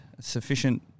sufficient